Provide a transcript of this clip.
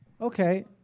Okay